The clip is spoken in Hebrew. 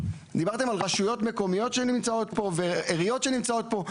דיברתם על רשויות מקומיות שנמצאות פה ועיריות שנמצאות פה.